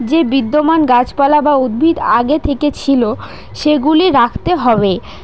যে বিদ্যমান গাছপালা বা উদ্ভিদ আগে থেকে ছিলো সেগুলি রাখতে হবে